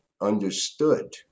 understood